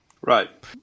Right